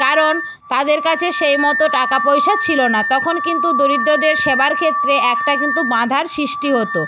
কারণ তাদের কাছে সেই মতো টাকা পয়সা ছিল না তখন কিন্তু দরিদ্রদের সেবার ক্ষেত্রে একটা কিন্তু বাধার সৃষ্টি হতো